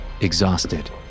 Exhausted